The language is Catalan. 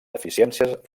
deficiències